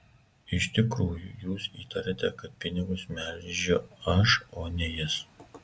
iš tikrųjų jūs įtariate kad pinigus melžiu aš o ne jis